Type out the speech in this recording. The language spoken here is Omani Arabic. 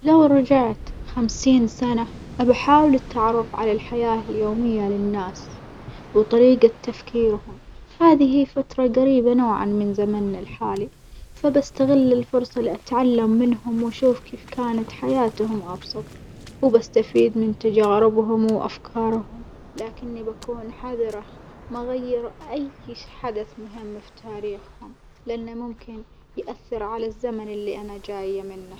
لو رجعت خمسين سنة بحاول التعرف على الحياة اليومية للناس، وطريجة تفكيرهم هذه فترة جريبة نوعًا من زمنا الحالي، فبستغل الففرصة لأتعلم منهم وأشوف كيف كانت حياتهم أبسط وبستفيد من تجاربهم وأفكارهم لكني بكون حذرة ما أغير أي ش حدث مهم في تاريخهم، لأنه ممكن يأثر على الزمن اللي أنا جاية منه.